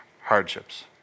hardships